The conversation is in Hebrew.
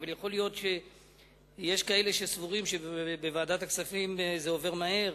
אבל יכול להיות שיש כאלה שסבורים שבוועדת הכספים זה עובר מהר.